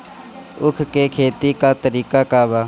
उख के खेती का तरीका का बा?